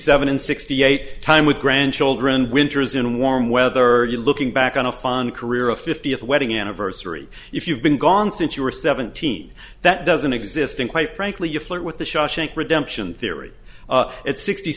seven sixty eight time with grandchildren winters in warm weather you looking back on a fun career a fiftieth wedding anniversary if you've been gone since you were seventeen that doesn't exist and quite frankly you flirt with the shushing redemption theory at sixty